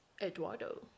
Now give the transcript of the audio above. Eduardo